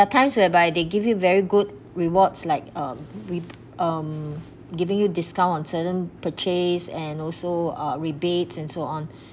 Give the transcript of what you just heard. there are times whereby they give you very good rewards like um re~ um giving you discount on certain purchase and also uh rebates and so on